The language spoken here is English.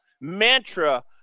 mantra